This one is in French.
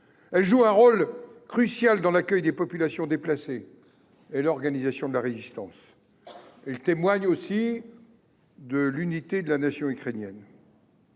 Elles jouent un rôle crucial dans l'accueil des populations déplacées et l'organisation de la résistance. Elles témoignent de l'unité de la nation ukrainienne.